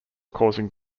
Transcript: causing